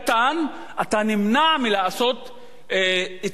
אתה נמנע מלעשות את הסיכון הזה,